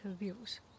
interviews